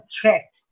threat